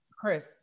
Chris